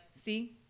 see